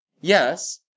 Yes